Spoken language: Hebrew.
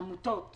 עמותות